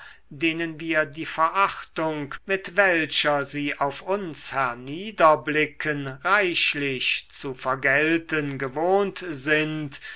denen wir die verachtung mit welcher sie auf uns herniederblicken reichlich zu vergelten gewohnt sind